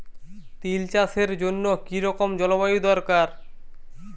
তিল চাষের জন্য কি রকম জলবায়ু দরকার?